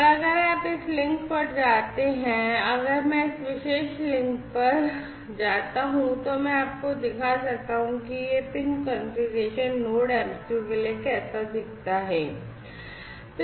और अगर आप इस लिंक पर जाते हैं अगर मैं इस विशेष लिंक पर जाता हूं तो मैं आपको दिखा सकता हूं कि यह पिन कॉन्फ़िगरेशन Node MCU के लिए कैसा दिखता है